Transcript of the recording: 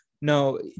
No